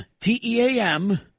T-E-A-M